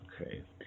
Okay